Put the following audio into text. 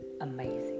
amazing